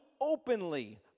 openly